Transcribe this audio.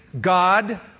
God